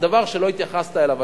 דבר שלא התייחסת אליו,